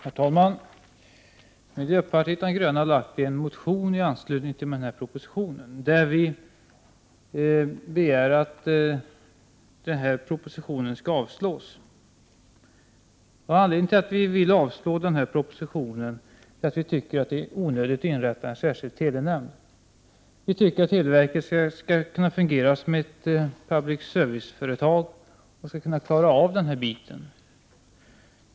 Herr talman! Miljöpartiet de gröna har i anslutning till den här propositionen väckt en motion, i vilken vi begär att propositionen skall avslås. Anledningen till detta är att vi tycker att det är onödigt att inrätta en särskild telenämnd. Vi anser att televerket borde kunna fungera som ett public service-företag och klara av den här saken.